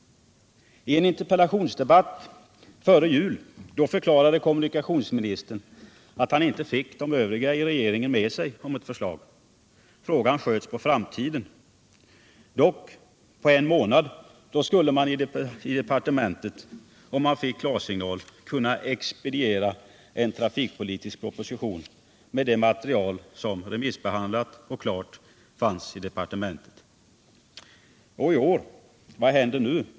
I en interpellationsdebatt före jul förklarade kommunikationsministern att han ej fick de övriga i regeringen med sig om ett förslag. Frågan sköts på framtiden. Dock skulle man på en månad i departementet, om man fick klarsignal, kunna expediera en trafikpolitisk proposition med det material som remissbehandlat och klart fanns i departementet. Och vad händer i år?